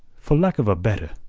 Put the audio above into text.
for lack of a better,